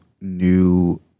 new